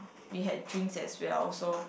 we had drinks as well so